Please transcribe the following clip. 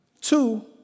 Two